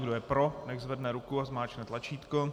Kdo je pro, nechť zvedne ruku a zmáčkne tlačítko.